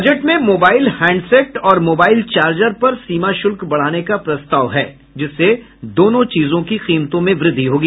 budget में mobile handset और mobile charger पर सीमा शुल्क बढ़ाने का प्रस्ताव है जिससे दोनों चीजों की कीमतों में वृद्धि होगी